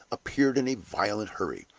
appeared in a violent hurry,